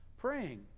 praying